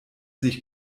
sich